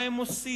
מה הם עושים,